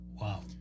Wow